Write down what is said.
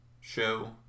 show